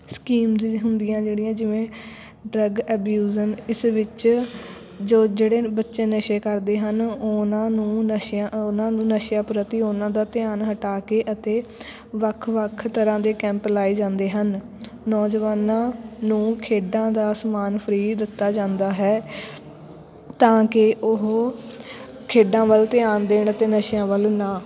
schemes ਹੁੰਦੀਆਂ ਜਿਹੜੀਆਂ ਜਿਵੇਂ ਡਰੱਗ ਅਬਿਊਜ਼ਨ ਇਸ ਵਿੱਚ ਜੋ ਜਿਹੜੇ ਬੱਚੇ ਨਸ਼ੇ ਕਰਦੇ ਹਨ ਉਹਨਾਂ ਨੂੰ ਨਸ਼ਿਆਂ ਉਹਨਾਂ ਨੂੰ ਨਸ਼ਿਆਂ ਪ੍ਰਤੀ ਉਹਨਾਂ ਦਾ ਧਿਆਨ ਹਟਾ ਕੇ ਅਤੇ ਵੱਖ ਵੱਖ ਤਰ੍ਹਾਂ ਦੇ ਕੈਂਪ ਲਾਏ ਜਾਂਦੇ ਹਨ ਨੌਜਵਾਨਾਂ ਨੂੰ ਖੇਡਾਂ ਦਾ ਸਮਾਨ ਫਰੀ ਦਿੱਤਾ ਜਾਂਦਾ ਹੈ ਤਾਂ ਕਿ ਉਹ ਖੇਡਾਂ ਵੱਲ ਧਿਆਨ ਦੇਣ ਅਤੇ ਨਸ਼ਿਆਂ ਵੱਲ ਨਾ